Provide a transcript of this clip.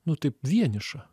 nu taip vieniša